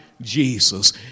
Jesus